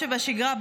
תם הזמן.